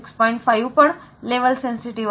5 पण level sensitive आहेत